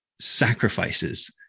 sacrifices